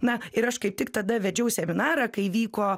na ir aš kaip tik tada vedžiau seminarą kai vyko